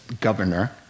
governor